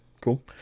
Cool